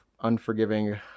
unforgiving